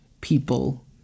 people